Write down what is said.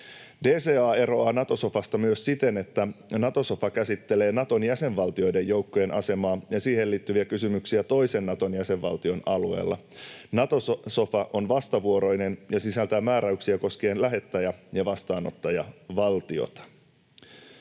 DCA eroaa Nato-sofasta myös siten, että Nato-sofa käsittelee Naton jäsenvaltioiden joukkojen asemaa ja siihen liittyviä kysymyksiä toisen Naton jäsenvaltion alueella. Nato-sofa on vastavuoroinen ja sisältää määräyksiä koskien lähettäjä- ja vastaanottajavaltiota.